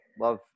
love